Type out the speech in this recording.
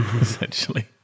essentially